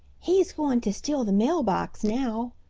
he's goin' to steal the mail box now!